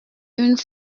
une